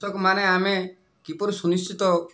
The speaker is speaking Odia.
'ଷକମାନେ ଆମେ କିପରି ସୁନିଶ୍ଚିତ